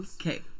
Okay